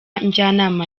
njyanama